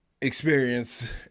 experience